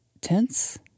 tense